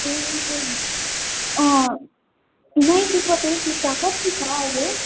ए अँ नाइकीको त्यो जुत्ता कति छ अहिले